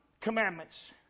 commandments